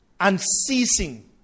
unceasing